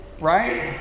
Right